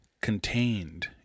contained